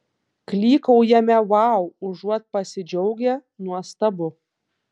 klykaujame vau užuot pasidžiaugę nuostabu